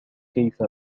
كيف